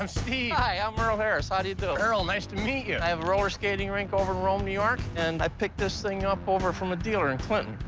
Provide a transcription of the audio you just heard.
i'm steve. hi, i'm earl harris. how ah do you do? earl, nice to meet you. i have a roller skating rink over in rome, new york, and i picked this thing up over from a dealer in clinton.